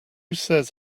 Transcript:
says